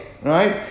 Right